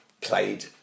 played